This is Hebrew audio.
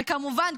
וכמובן,